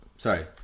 Sorry